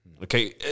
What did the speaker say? Okay